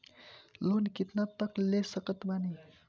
Loan कितना तक ले सकत बानी?